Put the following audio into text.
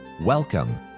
Welcome